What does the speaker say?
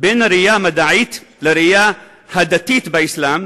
בין הראייה המדעית לראייה הדתית באסלאם,